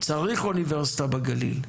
צריך אוניברסיטה בגליל,